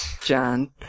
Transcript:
John